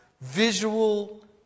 visual